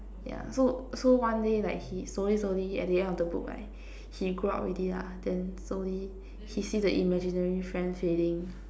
yeah so so one day like he slowly slowly at the end of the book right he grow up already lah then slowly he see the imaginary friend fading